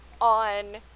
on